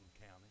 County